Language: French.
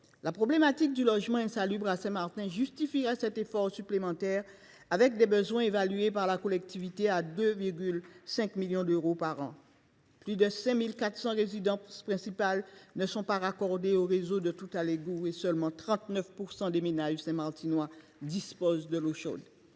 Le problème du logement insalubre à Saint Martin justifierait cet effort supplémentaire, les besoins étant évalués par la collectivité à 2,5 millions d’euros par an. Plus de 5 400 résidences principales n’y sont pas raccordées au réseau de tout à l’égout, et seulement 39 % des ménages saint martinois disposent de l’eau chaude.